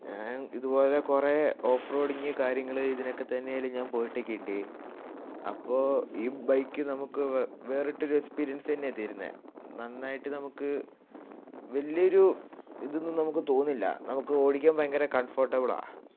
ഞാൻ ഇതുപോലെ കുറെ ഓഫ് റോഡിങ്ങ് കാര്യങ്ങള് ഇതിനൊക്കെ തന്നെ ആയാലും ഞാൻ പോയിട്ടൊക്കെ ഉണ്ട് അപ്പോൾ ഈ ബൈക്ക് നമുക്ക് വേറിട്ടൊരു എക്സ്പീരിയൻസ് തന്നെയാണ് തരുന്നത് നന്നായിട്ട് നമുക്ക് വലിയൊരു ഇതൊന്നും നമുക്ക് തോന്നില്ല നമുക്ക് ഓടിക്കാൻ ഭയങ്കര കണ്ഫോർട്ടബിളാണ്